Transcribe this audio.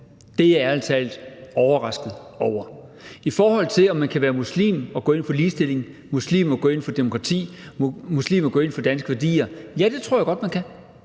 Det er jeg ærlig talt overrasket over. I forhold til om man kan være muslim og gå ind for ligestilling, muslim og gå ind for demokrati, muslim og gå ind for danske værdier: Ja, det tror jeg godt man kan.